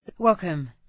Welcome